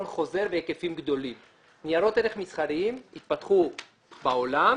(תיקון - עידוד תחרות בשוק האשראי), התשע"ח-2018,